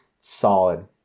solid